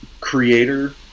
creator